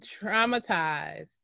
traumatized